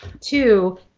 two